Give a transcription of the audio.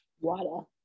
Water